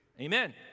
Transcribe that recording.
Amen